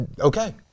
okay